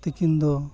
ᱛᱟᱹᱠᱤᱱ ᱫᱚ